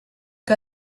que